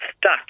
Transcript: stuck